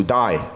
die